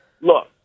Look